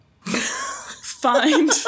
fine